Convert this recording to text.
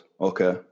okay